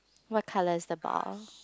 what colour is the ball